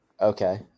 Okay